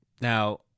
Now